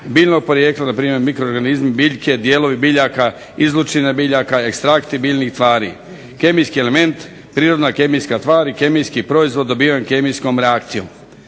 biljno porijekla, na primjer mikroorganizmi, biljke, dijelovi biljaka, izlučevine biljaka, ekstrakti biljnih tvari, kemijski element, prirodna kemijska tvar, kemijski proizvod dobiven kemijskom reakcijom.